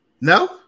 No